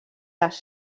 les